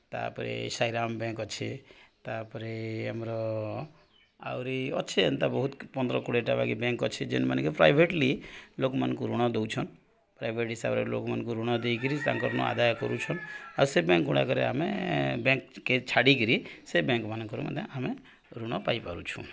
ତା'ପରେ ସାଇରାମ୍ ବ୍ୟାଙ୍କ୍ ଅଛେ ତା'ପରେ ଆମର ଆହୁରି ଅଛେ ଏନ୍ତା ବହୁତ୍ ପନ୍ଦ୍ର କୁଡ଼େଟା ବାକି ବ୍ୟାଙ୍କ୍ ଅଛେ ଯେନ୍ମାନେକି ପ୍ରାଇଭେଟ୍ଲି ଲୋକ୍ମାନଙ୍କୁ ଋଣ ଦଉଛନ୍ ପ୍ରାଇଭେଟ୍ ହିସାବ୍ରେ ଲୋକ୍ମାନଙ୍କୁ ଋଣ ଦେଇକିରି ତାଙ୍କର୍ନୁ ଆଦାୟ କରୁଛନ୍ ଆଉ ସେ ବ୍ୟାଙ୍କ୍ଗୁଡ଼ାକରେ ଆମେ ବ୍ୟାଙ୍କ୍କେ ଛାଡ଼ିକିରି ସେ ବ୍ୟାଙ୍କ୍ମାନଙ୍କରେ ମଧ୍ୟ ଆମେ ଋଣ ପାଇପାରୁଛୁଁ